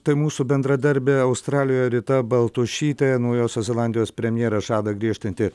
tai mūsų bendradarbė australijoje rita baltušytė naujosios zelandijos premjeras žada griežtinti